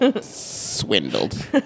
Swindled